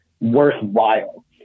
worthwhile